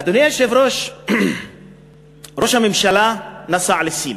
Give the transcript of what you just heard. אדוני היושב-ראש, ראש הממשלה נסע לסין.